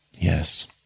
Yes